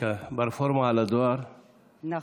ברפורמה על הדואר, נכון.